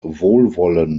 wohlwollen